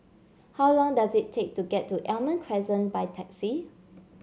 how long does it take to get to Almond Crescent by taxi